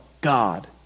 God